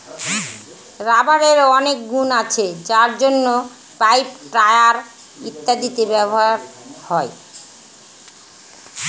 রাবারের অনেক গুন আছে যার জন্য পাইপ, টায়ার ইত্যাদিতে ব্যবহার হয়